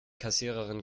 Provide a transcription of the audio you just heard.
kassiererin